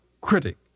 critic